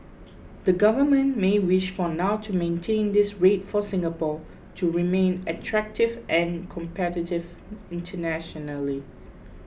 the government may wish for now to maintain this rate for Singapore to remain attractive and competitive internationally